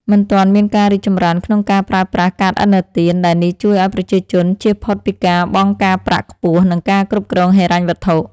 មិនទាន់មានការរីកចម្រើនក្នុងការប្រើប្រាស់កាតឥណទានដែលនេះជួយឱ្យប្រជាជនជៀសផុតពីការបង់ការប្រាក់ខ្ពស់និងការគ្រប់គ្រងហិរញ្ញវត្ថុ។